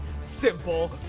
simple